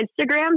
Instagram